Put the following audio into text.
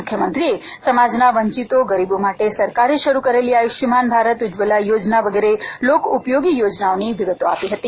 મુખ્યમંત્રીએ સમાજના વંચિતો ગરીબો માટે સરકારે શરૂ કરેલી આયુષ્માન ભારત ઉજ્જવલા યોજના વગેરે લોકોપયોગી યોજનાઓની વિગતો આપી હતી